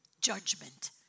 judgment